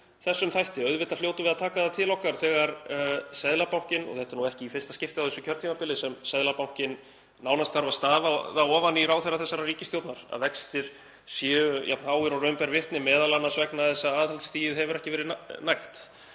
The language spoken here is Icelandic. þessum þætti. Auðvitað hljótum við að taka það til okkar þegar Seðlabankinn — og þetta er ekki í fyrsta skipti á þessu kjörtímabili sem Seðlabankinn nánast þarf að stafa það ofan í ráðherra þessarar ríkisstjórnar að vextir séu jafn háir og raun ber vitni, m.a. vegna þess að aðhaldsstigið hefur ekki verið nægt.